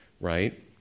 right